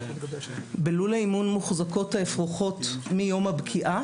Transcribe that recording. בלול האימון מוחזקות האפרוחות מיום הבקיעה,